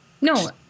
No